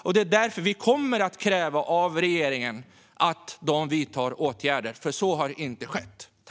Och det är därför vi kommer att kräva att regeringen vidtar åtgärder, för detta har inte skett.